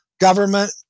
government